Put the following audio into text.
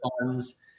funds